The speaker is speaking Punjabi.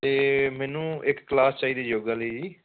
ਤੇ ਮੈਨੂੰ ਇੱਕ ਕਲਾਸ ਚਾਹੀਦੀ ਯੋਗਾ ਲਈ ਜੀ